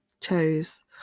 chose